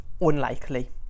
unlikely